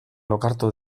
lokartu